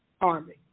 army